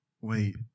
Wait